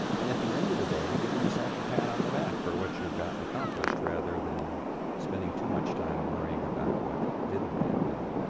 and at the end of the day, giving yourself a pat on the back for what you've gotten accomplished rather than spending too much time worrying about what didn't get done.